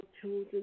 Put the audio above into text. children